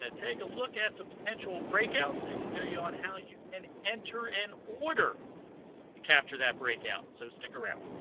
ah take a look at some potential breakouts and show you on how you can enter in order to capture that breakout so stick around